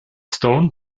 stone